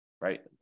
right